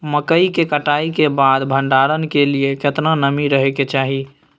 मकई के कटाई के बाद भंडारन के लिए केतना नमी रहै के चाही?